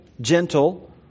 gentle